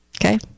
Okay